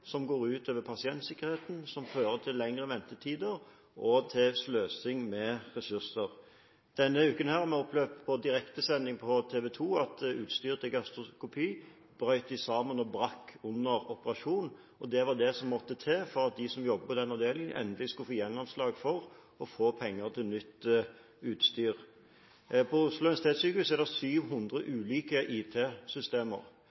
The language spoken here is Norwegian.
som går ut over pasientsikkerheten, som fører til lengre ventetider og til sløsing med ressurser. Denne uken har vi opplevd på direktesending på TV 2 at utstyr til gastroskopi brøt sammen og brakk under operasjonen. Det var det som måtte til for at de som jobber på den avdelingen, endelig skulle få gjennomslag for å få penger til nytt utstyr. På Oslo universitetssykehus er det 700